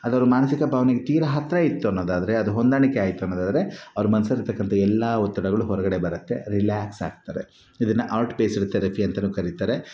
ಅದು ಅವರ ಮಾನಸಿಕ ಭಾವನೆಗೆ ತೀರಾ ಹತ್ತಿರ ಇತ್ತು ಅನ್ನೋದಾದರೆ ಅದು ಹೊಂದಾಣಿಕೆ ಆಯಿತು ಅನ್ನೋದಾದರೆ ಅವ್ರ ಮನಸ್ಸಲ್ಲಿ ಇರ್ತಕ್ಕಂತಹ ಎಲ್ಲ ಒತ್ತಡಗಳು ಹೊರಗಡೆ ಬರುತ್ತೆ ರಿಲ್ಯಾಕ್ಸ್ ಆಗ್ತಾರೆ ಇದನ್ನು ಆರ್ಟ್ ಬೇಸ್ಡ್ ಥೆರಪಿ ಅಂತ ಕರೀತಾರೆ